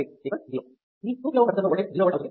2 × 15 3 3 0 ఈ 2 kΩ రెసిస్టర్లోని voltage 0V అవుతుంది